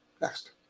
next